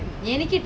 ya